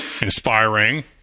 Inspiring